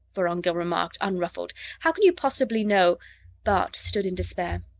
vorongil remarked, unruffled. how can you possibly know bart stood in despair.